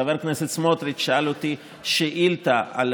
חבר הכנסת סמוטריץ' שאל אותי שאילתה על